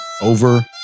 over